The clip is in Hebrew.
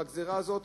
בגזירה הזאת,